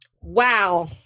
Wow